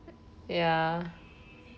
ya